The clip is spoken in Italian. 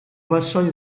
vassoio